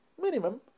minimum